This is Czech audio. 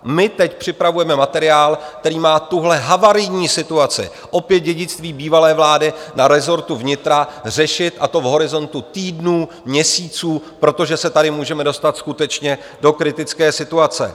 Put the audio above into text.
My teď připravujeme materiál, který má tuhle havarijní situaci opět dědictví bývalé vlády na rezortu vnitra řešit, a to v horizontu týdnů, měsíců, protože tady se můžeme dostat skutečně do kritické situace.